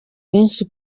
benshi